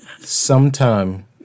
Sometime